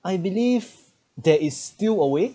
I believe there is still a way